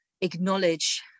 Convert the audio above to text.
acknowledge